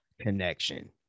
connection